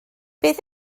beth